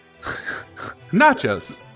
Nachos